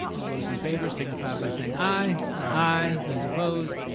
all those in favor signify by saying aye. aye. those opposed,